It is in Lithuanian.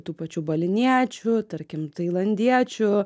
tų pačių baliniečių tarkim tailandiečių